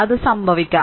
അത് സംഭവിക്കാം